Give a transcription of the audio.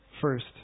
first